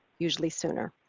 usually sooner.